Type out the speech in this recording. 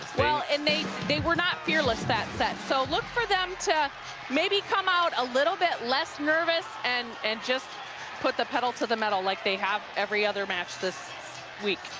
and they they were not fearless that set. so look for them to maybe come out a little bit less nervous and and just put the pedal to the metal like they have every other match this week.